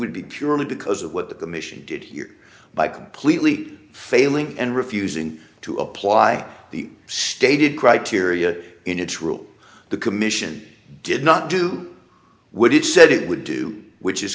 would be purely because of what the commission did here by completely failing and refusing to apply the stated criteria in its rule the commission did not do what it said it would do which is